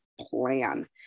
plan